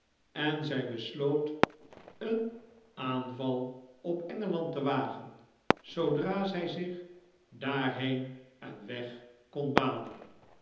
en zij besloot een aanval op engeland te wagen zoodra zij zich daarheen een weg kon banen